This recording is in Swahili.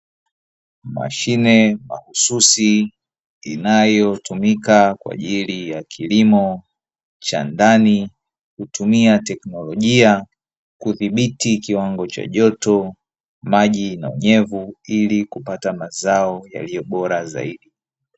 Mashine mahususi inayotumika kwa ajili ya kilimo cha ndani, hutumia teknolojia kudhibiti kiwango cha joto, maji na unyevu. Ili kupata mazao yaliyo bora zaidi.